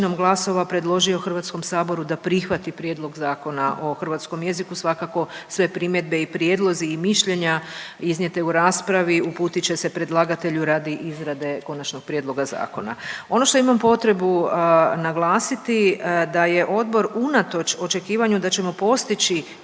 glasova predložio HS-u da prihvati Prijedlog Zakona o hrvatskom jeziku. Svakako, sve primjedbe i prijedlozi i mišljenja iznijete u raspravi, uputit će se predlagatelju radi izrade konačnog prijedloga zakona. Ono što imam potrebu naglasiti, da je odbor unatoč očekivanju da ćemo postići